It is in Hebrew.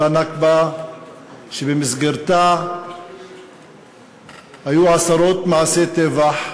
אותה נכבה שבמסגרתה היו עשרות מעשי טבח,